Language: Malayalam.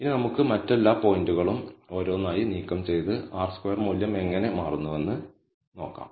ഇനി നമുക്ക് മറ്റെല്ലാ പോയിന്റുകളും ഓരോന്നായി നീക്കം ചെയ്ത് R സ്ക്വയർ മൂല്യം എങ്ങനെ മാറുന്നുവെന്ന് നോക്കാം